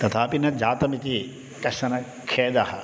तथापि न जातमिति कश्चन खेदः